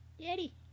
Daddy